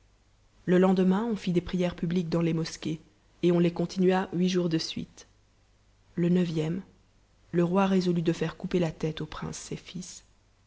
le lendemain on fit des prières publiques dans les mosquées et on les continua huit jours de suite le neuvième le roi résolut de faire couper la tête aux princes ses fils